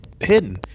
hidden